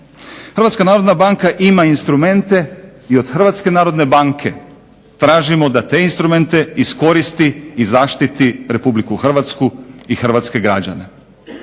Hrvatska narodna banka ima instrumente i od Hrvatske narodne banke tražimo da te instrumente iskoristi i zaštiti Republiku Hrvatsku i hrvatske građane.